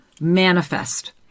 Manifest